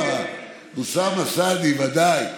אוסאמה סעדי, ודאי.